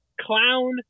clown